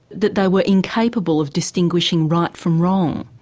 that they were incapable of distinguishing right from wrong.